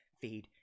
feed